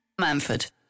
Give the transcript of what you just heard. Manford